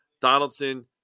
Donaldson